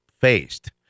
faced